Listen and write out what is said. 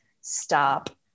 stop